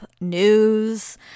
News